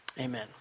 Amen